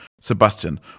Sebastian